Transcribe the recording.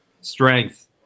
Strength